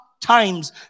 times